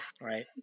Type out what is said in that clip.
Right